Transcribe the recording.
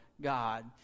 God